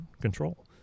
control